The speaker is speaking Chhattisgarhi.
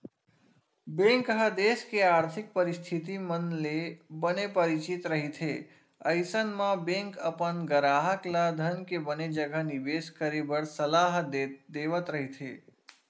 बेंक ह देस के आरथिक परिस्थिति मन ले बने परिचित रहिथे अइसन म बेंक अपन गराहक ल धन के बने जघा निबेस करे बर सलाह देवत रहिथे